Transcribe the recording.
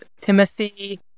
Timothy